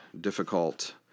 difficult